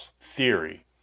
theory